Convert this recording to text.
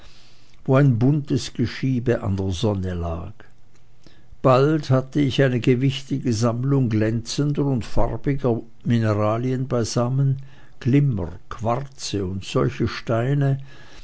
wo ein buntes geschiebe an der sonne lag bald hatte ich eine gewichtige sammlung glänzender und farbiger mineralien beisammen glimmer quarze und solche steine